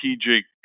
strategic